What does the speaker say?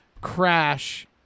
crash